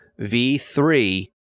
V3